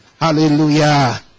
Hallelujah